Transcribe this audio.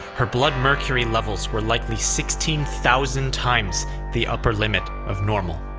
her blood mercury levels were likely sixteen thousand times the upper limit of normal.